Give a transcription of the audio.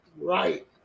right